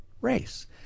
race